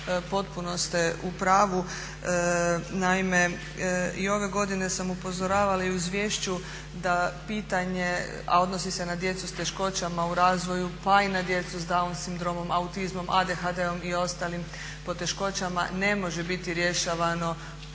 potpuno ste u pravu. Naime, i ove godine sam upozoravala i u izvješću da pitanje a odnosi se na djecu s teškoćama u razvoju pa i na djecu s down sindromom, autizmom, ADHD-om i ostalim poteškoćama ne može biti rješavano